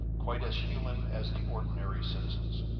quite as human as the ordinary citizens.